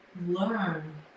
learn